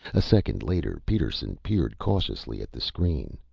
a second later, peterson peered cautiously at the screen.